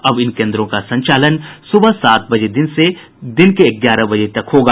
अब इन केंद्रों का संचालन सुबह सात बजे से दिन के ग्यारह बजे तक किया जायेगा